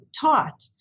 taught